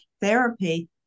therapy